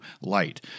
light